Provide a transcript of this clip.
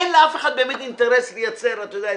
אין לאף אחד באמת אינטרס לייצר את התחרות,